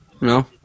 no